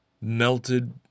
Melted